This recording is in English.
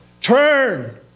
Turn